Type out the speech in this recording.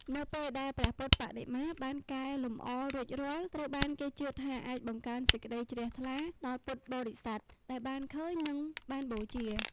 នៅពេលដែលព្រះពុទ្ធបដិមាបានកែលម្អរួចរាល់ ត្រូវបានគេជឿថាអាចបង្កើនសេចក្តីជ្រះថ្លា ដល់ពុទ្ធបរិស័ទដែលបានឃើញ និងបានបូជា។